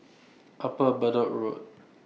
Upper Bedok Road